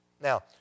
Now